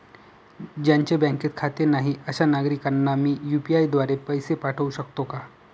ज्यांचे बँकेत खाते नाही अशा नागरीकांना मी यू.पी.आय द्वारे पैसे पाठवू शकतो का?